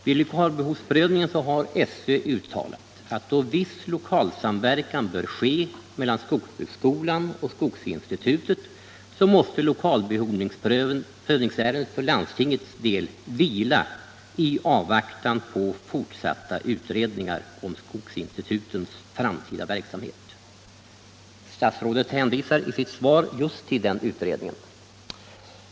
Vid lokalbehovsprövningen har skolöverstyrelsen uttalat att då viss lokalsamverkan bör ske mellan Skogsbruksskolan och Skogsinstitutet måste lokalbehovsärendets prövning för landstingets del vila i avvaktan på fortsatt utredning om skogsinstitutens framtida verksamhet. Statsrådet hänvisar i sitt svar just till den utredningen.